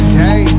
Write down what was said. day